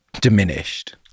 diminished